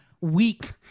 weak